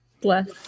Bless